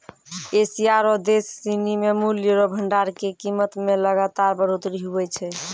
Asia रो देश सिनी मे मूल्य रो भंडार के कीमत मे लगातार बढ़ोतरी हुवै छै